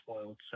spoiled